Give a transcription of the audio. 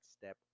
step